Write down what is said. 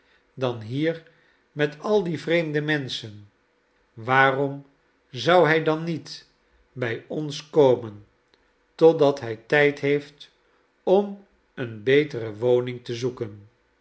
dan hier met al die vreemde menschen waarom zou hij dan niet bij ons komen totdat hij tijd heeft om eene betere woning te zoeken